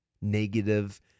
negative